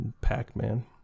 Pac-Man